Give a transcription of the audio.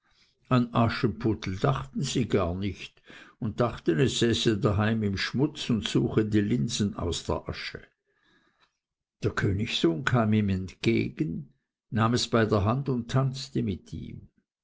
an aschenputtel dachten sie gar nicht und dachten es säße daheim im schmutz und suchte die linsen aus der asche der königssohn kam ihm entgegen nahm es bei der hand und tanzte mit ihm